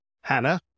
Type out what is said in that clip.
Hannah